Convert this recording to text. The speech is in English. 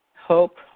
Hope